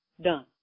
done